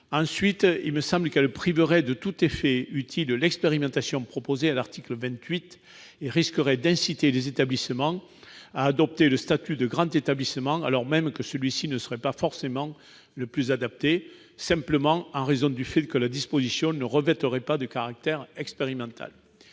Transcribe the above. Ensuite, il me semble qu'elle priverait de tout effet utile l'expérimentation prévue à l'article 28 et risquerait d'inciter les établissements à adopter le statut de grand établissement, alors même que celui-ci ne serait pas forcément le plus adapté, simplement parce que la disposition ne revêtirait pas de caractère expérimental.